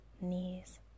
knees